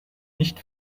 nicht